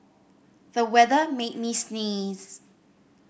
the weather made me sneeze